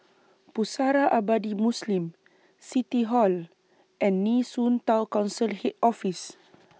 Pusara Abadi Muslim City Hall and Nee Soon Town Council Head Office